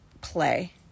play